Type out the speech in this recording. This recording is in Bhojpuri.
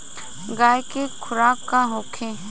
गाय के खुराक का होखे?